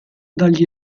dagli